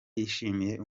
yishimiye